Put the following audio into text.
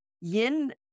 yin